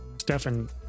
Stefan